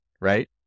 right